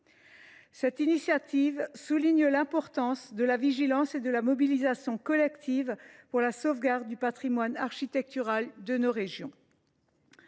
Cette initiative met en exergue l’importance de la vigilance et de la mobilisation collectives pour la sauvegarde du patrimoine architectural de nos régions.